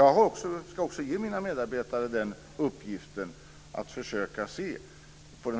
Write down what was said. Jag ska också ge mina medarbetare i uppgift att se på